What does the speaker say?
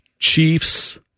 Chiefs